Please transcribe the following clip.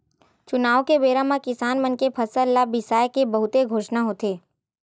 चुनाव के बेरा म किसान मन के फसल ल बिसाए के बहुते घोसना होथे